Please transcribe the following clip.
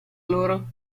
loro